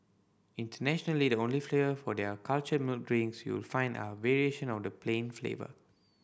internationally the only flavour for their cultured milk drinks you will find are variation of the plain flavour